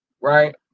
right